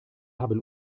haben